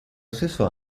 stesso